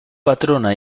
patrona